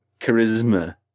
charisma